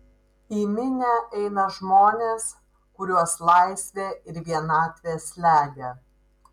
į minią eina žmonės kuriuos laisvė ir vienatvė slegia